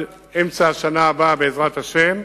שעד אמצע שנה הבאה, בעזרת השם,